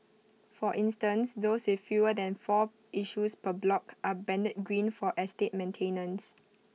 for instance those with fewer than four issues per block are banded green for estate maintenance